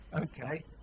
Okay